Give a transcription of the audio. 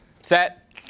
set